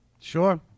sure